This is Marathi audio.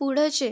पुढचे